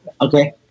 Okay